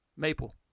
Maple